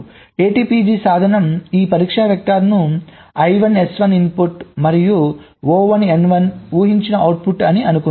ATPG సాధనం ఈ పరీక్ష వెక్టర్లను I1 S1 ఇన్పుట్ మరియు O1 N1 ఊహించిన అవుట్పుట్ అని అనుకుందాము